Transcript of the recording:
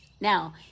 now